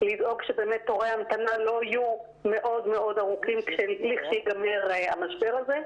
לדאוג שבאמת תורי ההמתנה לא יהיו מאוד מאוד ארוכים כשיגמר המשבר הזה.